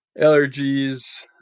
Allergies